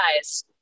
guys